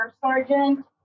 sergeant